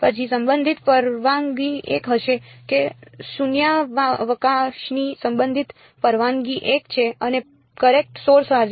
પછી સંબંધિત પરવાનગી 1 હશે કે શૂન્યાવકાશની સંબંધિત પરવાનગી 1 છે અને કરેંટ સોર્સ હાજર છે